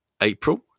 April